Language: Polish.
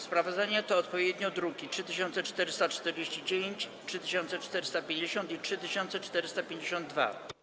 Sprawozdania to odpowiednio druki nr 3449, 3450 i 3452.